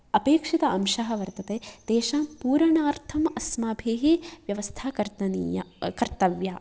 अपेक्षित अंशः वर्तते तेषां पूरणार्थम् अस्माभिः व्यवस्था कर्तनीया कर्तव्या